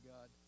God